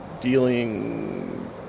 dealing